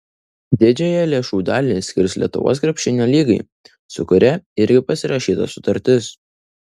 didžiąją lėšų dalį skirs lietuvos krepšinio lygai su kuria irgi pasirašyta sutartis